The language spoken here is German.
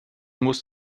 muss